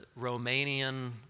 Romanian